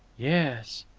yes.